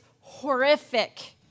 horrific